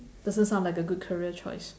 doesn't sound like a good career choice